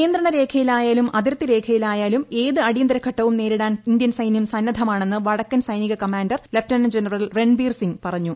നിയതന്ത്രമരേഖയിലായാലും അതിർത്തിരേഖയിലായാലും ഏത് അട്ടിയ്ത്തിരഘട്ടവും നേരിടാൻ ഇന്ത്യൻ സൈനൃം സന്നദ്ധമാണെന്ന് വട്ടക്കൻ സൈനിക commander lieutenant general Ranbir Singh പറഞ്ഞു